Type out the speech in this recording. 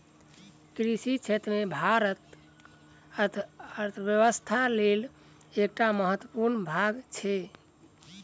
कृषि क्षेत्र भारतक अर्थव्यवस्थाक लेल एकटा महत्वपूर्ण भाग छै